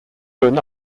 through